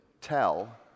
tell